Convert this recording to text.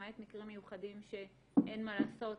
למעט מקרים מיוחדים שאין מה לעשות,